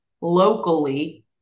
locally